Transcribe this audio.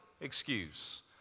excuse